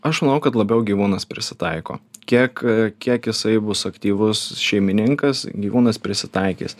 aš manau kad labiau gyvūnas prisitaiko kiek kiek jisai bus aktyvus šeimininkas gyvūnas prisitaikys